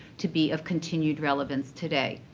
to be of continued relevance today.